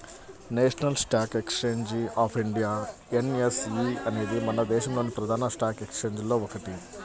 national stock exchange of India NSE అనేది మన దేశంలోని ప్రధాన స్టాక్ ఎక్స్చేంజిల్లో ఒకటి